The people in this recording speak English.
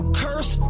curse